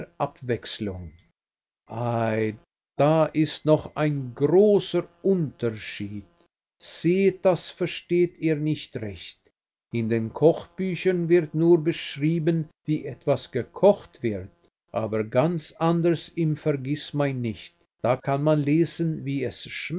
abwechslung ei da ist noch ein großer unterschied sehet das versteht ihr nicht recht in den kochbüchern wird nur beschrieben wie etwas gekocht wird aber ganz anders im vergißmeinnicht da kann man lesen wie es